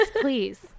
please